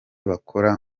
bakora